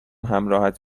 همراهت